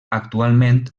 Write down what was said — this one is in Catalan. actualment